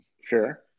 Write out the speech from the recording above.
Sure